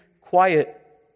quiet